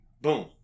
Boom